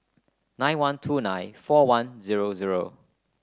nine one two nine four one zero zero